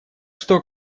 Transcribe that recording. что